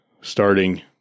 starting